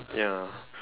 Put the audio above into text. ya